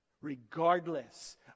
regardless